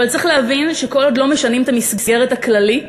אבל צריך להבין שכל עוד לא משנים את המסגרת הכללית,